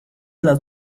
las